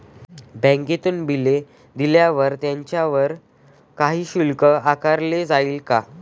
बँकेतून बिले दिल्यावर त्याच्यावर काही शुल्क आकारले जाईल का?